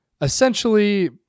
essentially